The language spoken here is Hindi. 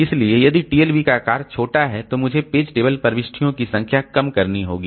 इसलिए यदि TLB का आकार छोटा है तो मुझे पेज टेबल प्रविष्टियों की संख्या कम करनी होगी